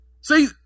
See